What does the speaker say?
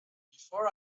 before